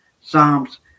Psalms